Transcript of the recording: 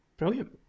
Brilliant